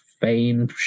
Fame